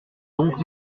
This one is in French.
donc